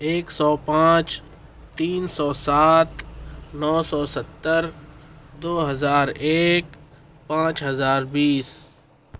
ايک سو پانچ تين سو سات نو سو ستّر دو ہزار ايک پانچ ہزار بیس